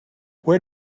where